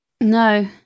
No